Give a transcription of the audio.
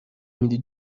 میدی